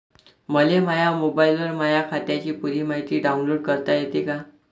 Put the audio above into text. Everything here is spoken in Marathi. मले माह्या मोबाईलवर माह्या खात्याची पुरी मायती डाऊनलोड करता येते का?